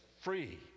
free